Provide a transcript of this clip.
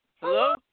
Hello